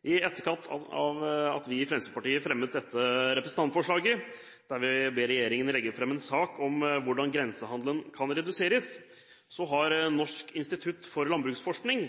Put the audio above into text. I etterkant av at vi i Fremskrittspartiet fremmet dette representantforslaget, der vi ber regjeringen legge fram en sak om hvordan grensehandelen kan reduseres, har Norsk institutt for landbruksøkonomisk forskning